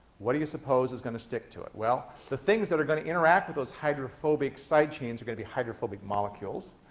what do you suppose is going to stick to it? well, the things that are going to interact with those hydrophobic side chains are going to be hydrophobic molecules.